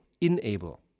enable